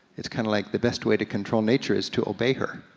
it's kinda like the best way to control nature is to obey her.